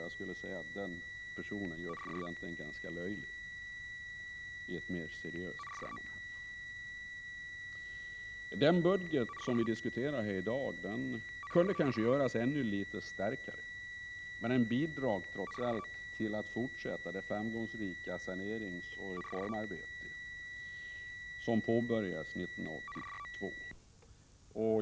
Jag skulle vilja säga att den personen gör sig egentligen ganska löjlig i ett mer seriöst sammanhang. Den budget som vi diskuterar här i dag kunde kanske göras ännu litet starkare, men den bidrar trots allt till att fortsätta det framgångsrika saneringsoch reformarbete som påbörjades 1982.